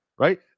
Right